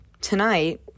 tonight